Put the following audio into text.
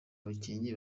abakinnyi